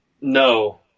No